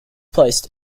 placed